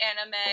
anime